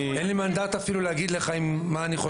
אין לי מנדט אפילו להגיד לך מה אני חושב.